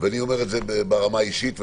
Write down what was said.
ואני אומר את זה ברמה האישית,